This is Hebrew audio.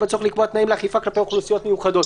בצורך לקבוע תנאים לאכיפה כלפי אוכלוסיות מיוחדות".